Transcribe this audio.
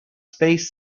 space